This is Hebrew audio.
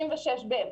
66 פגישות.